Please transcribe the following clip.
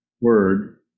word